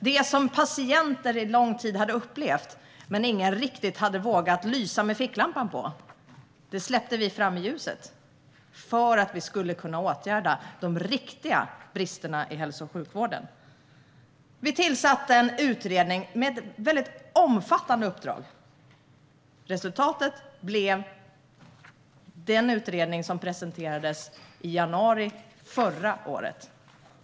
Det som patienter under lång tid hade upplevt men som ingen riktigt hade vågat lysa med ficklampan på släppte vi fram i ljuset, för att vi skulle kunna åtgärda de riktiga bristerna i hälso och sjukvården. Vi tillsatte en utredning med ett väldigt omfattande uppdrag. Resultatet blev den utredning om effektiv vård som presenterades i januari förra året.